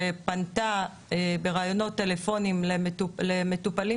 היא פנתה בראיונות טלפוניים למטופלים